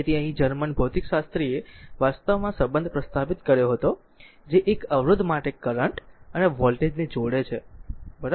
તેથી અહીં જર્મન ભૌતિકશાસ્ત્રીએ વાસ્તવમાં સંબંધ સ્થાપિત કર્યો હતો જે એક અવરોધ માટે કરંટ અને વોલ્ટેજ ને જોડે છે બરાબર